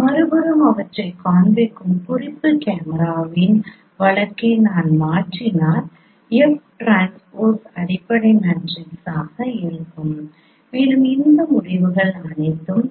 மறுபுறம் அவற்றைக் காண்பிக்கும் குறிப்பு கேமராவின் மாநாட்டை நான் மாற்றினால் F டிரான்ஸ்போஸ் அடிப்படை மேட்ரிக்ஸாக இருக்கும் மேலும் இந்த முடிவுகள் அனைத்தும்